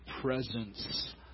presence